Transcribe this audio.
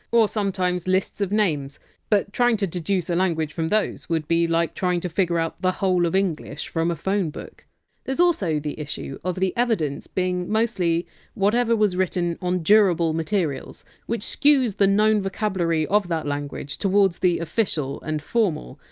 or sometimes lists of names but trying to deduce a language from those would be like trying to figure out the whole of english from a phone book there! s also the issue of the evidence being mostly whatever was written on durable materials, which skews the known vocabulary of that language towards the official and formal.